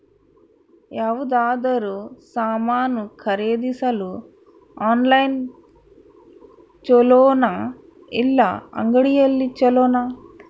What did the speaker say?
ಯಾವುದಾದರೂ ಸಾಮಾನು ಖರೇದಿಸಲು ಆನ್ಲೈನ್ ಛೊಲೊನಾ ಇಲ್ಲ ಅಂಗಡಿಯಲ್ಲಿ ಛೊಲೊನಾ?